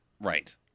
Right